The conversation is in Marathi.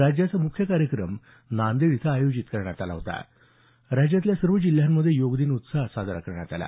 राज्याचा मुख्य कार्यक्रम नांदेड इथं आयोजित करण्यात आला राज्यातल्या सर्व जिल्ह्यांमधे योग दिन उत्साहात साजरा करण्यात आला